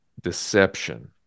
deception